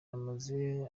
bamaze